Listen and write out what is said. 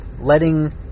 letting